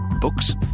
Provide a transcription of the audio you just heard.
Books